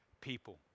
people